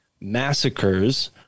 massacres